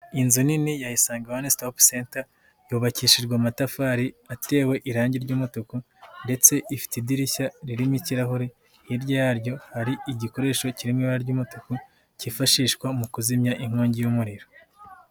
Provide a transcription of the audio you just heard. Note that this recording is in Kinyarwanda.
Inzu nini ya Isange One Stop Center, yubakishijwe amatafari atewe irangi ry'umutuku ndetse ifite idirishya ririmo ikirahure, hirya yaryo hari igikoresho kiri mu ibara ry'umutuku, cyifashishwa mu kuzimya inkongi y'umuriro.